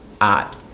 art